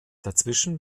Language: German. dazwischen